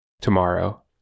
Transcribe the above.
tomorrow